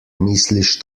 misliš